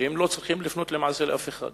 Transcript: שהם לא צריכים למעשה לפנות לאף אחד.